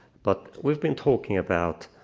but we've been talking about